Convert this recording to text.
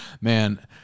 Man